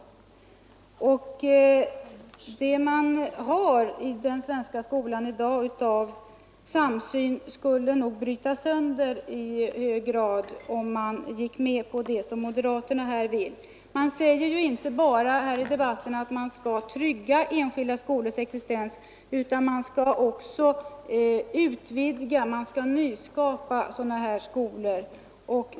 Det man har av samsyn i den svenska skolan i dag skulle nog brytas sönder i hög grad, om vi gick med på det som moderaterna föreslår. De säger ju här i debatten inte bara att man skall trygga enskilda skolors existens utan också att man skall utvidga och nyskapa sådana skolor.